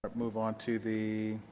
ah move on to the